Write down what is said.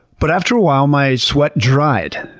but after a while my sweat dried,